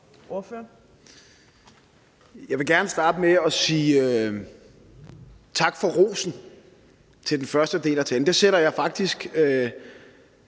Jeg vil gerne starte med at sige tak for rosen for den første del af talen. Det sætter jeg faktisk